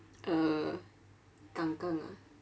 uh 刚刚 ah